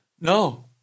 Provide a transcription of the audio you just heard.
No